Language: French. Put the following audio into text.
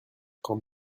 quand